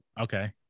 Okay